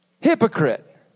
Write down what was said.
hypocrite